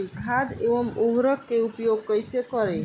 खाद व उर्वरक के उपयोग कइसे करी?